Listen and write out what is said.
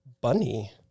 bunny